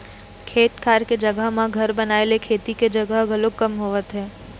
खेत खार के जघा म घर बनाए ले खेती के जघा ह घलोक कम होवत हे